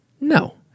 No